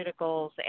pharmaceuticals